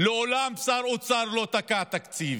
מעולם שר אוצר לא תקע תקציב,